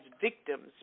victims